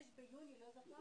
מי שמגיש ביוני לא זכאי?